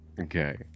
Okay